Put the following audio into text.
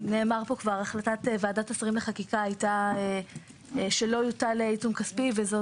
החלטת ועדת שרים לחקיקה היתה שלא יוטל עיצום כספי וזו